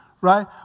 Right